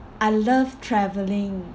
I love travelling